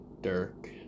Dirk